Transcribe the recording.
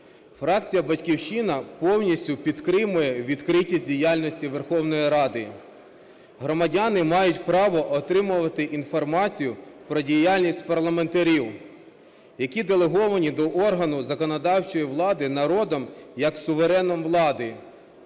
фракція "Батьківщина" повністю підтримує відкритість діяльності Верховної Ради. Громадяни мають право отримувати інформацію про діяльність парламентарів, які делеговані до органу законодавчої влади народом як сувереном влади.